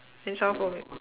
since I